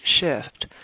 shift